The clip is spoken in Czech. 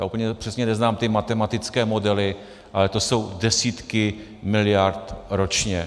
Úplně přesně neznám ty matematické modely, ale jsou to desítky miliard ročně.